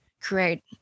create